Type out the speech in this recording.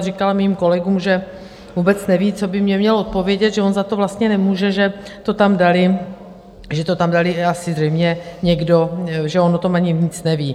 Říkal mým kolegům, že vůbec neví, co by mně měl odpovědět, že on za to vlastně nemůže, že to tam dali, že to tam dal asi zřejmě někdo, že on o tom ani nic neví.